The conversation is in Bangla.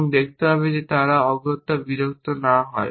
এবং দেখতে হবে যে তারা পরে অগত্যা বিরক্ত না হয়